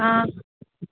आं